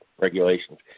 regulations